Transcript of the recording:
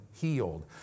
healed